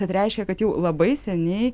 kad reiškia kad jau labai seniai